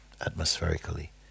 atmospherically